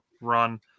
run